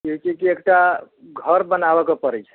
की होइत छै कि एकटा घर बनाबऽके पड़ैत छै